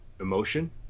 Emotion